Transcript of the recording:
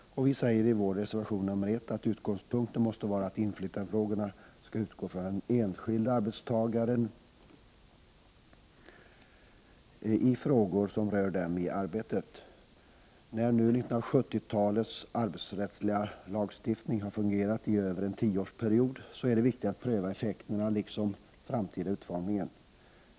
Vi säger i vår reservation 1 att utgångspunkten måste vara att inflytandefrågorna måste engagera den enskilde anställde i frågor som rör denne i arbetet. När nu 1970-talets arbetsrättsliga lagstiftning har fungerat i över en tioårsperiod, är det viktigt att pröva effekterna liksom den framtida utformningen.